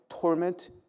torment